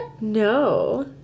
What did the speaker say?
No